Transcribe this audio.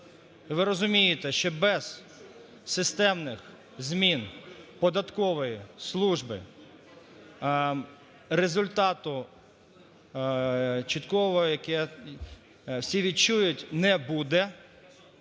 ви розумієте, що без системних змін податкової служби результату чіткого, який всі відчують не буде.